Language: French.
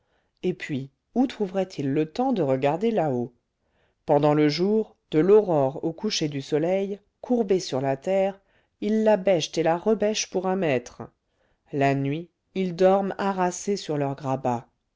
et puis où trouveraient ils le temps de regarder là-haut pendant le jour de l'aurore au coucher du soleil courbés sur la terre ils la bêchent et la rebêchent pour un maître la nuit ils dorment harassés sur leur grabat